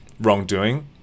wrongdoing